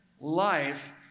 life